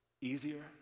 easier